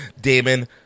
Damon